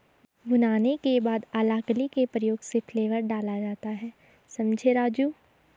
भुनाने के बाद अलाकली के प्रयोग से फ्लेवर डाला जाता हैं समझें राजु